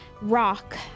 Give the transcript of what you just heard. Rock